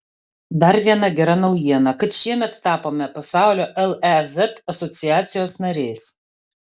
dar viena gera naujiena kad šiemet tapome pasaulio lez asociacijos nariais